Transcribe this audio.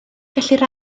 gellir